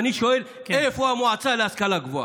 אני שואל, איפה המועצה להשכלה גבוהה?